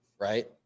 right